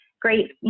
great